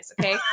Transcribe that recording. okay